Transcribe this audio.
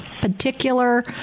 particular